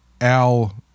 Al